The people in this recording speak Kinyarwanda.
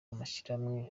amashirahamwe